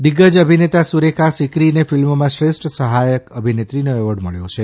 દિગ્ગજ અભિનેતા સુરેખા સીકરીને ફિલ્મમાં શ્રેષ્ઠ સહાયક અભિનેત્રીનો એવોર્ડ મળ્યો છે